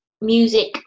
music